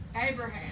Abraham